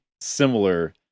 similar